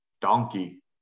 donkey